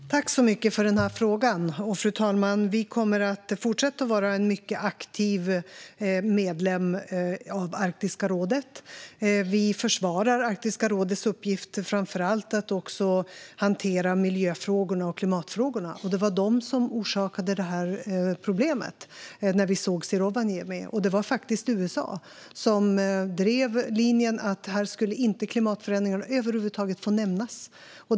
Fru talman! Tack så mycket för frågan! Vi kommer att fortsätta att vara en mycket aktiv medlem av Arktiska rådet. Vi försvarar Arktiska rådets uppgift att framför allt också hantera miljöfrågorna och klimatfrågorna. Det var de frågorna som orsakade detta problem när vi sågs i Rovaniemi. Det var faktiskt USA som drev linjen: Här ska inte klimatförändringarna över huvud taget få nämnas.